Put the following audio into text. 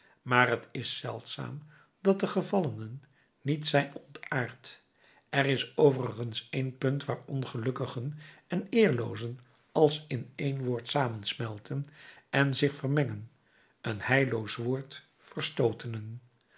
maar t is zeldzaam dat de gevallenen niet zijn ontaard er is overigens één punt waar ongelukkigen en eerloozen als in één woord samensmelten en zich vermengen een heilloos woord verstootenen